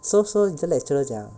so so 你的 lecturer 怎样